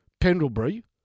Pendlebury